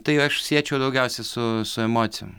tai aš siečiau daugiausiai su su emocijom